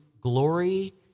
glory